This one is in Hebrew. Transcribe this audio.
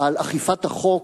על אכיפת החוק